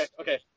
okay